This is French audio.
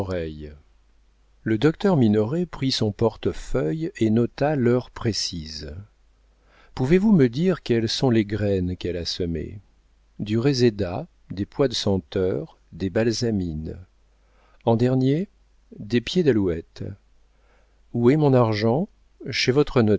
le docteur minoret prit son portefeuille et nota l'heure précise pouvez-vous me dire quelles sont les graines qu'elle a semées du réséda des pois de senteur des balsamines en dernier des pieds d'alouette où est mon argent chez votre